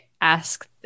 ask